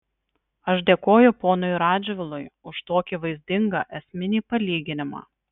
aš dėkoju ponui radžvilui už tokį vaizdingą esminį palyginimą